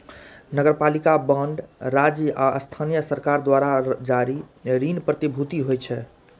नगरपालिका बांड राज्य आ स्थानीय सरकार द्वारा जारी ऋण प्रतिभूति होइ छै